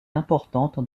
importante